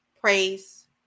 praise